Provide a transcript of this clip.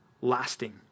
lasting